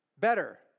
better